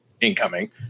incoming